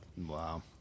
Wow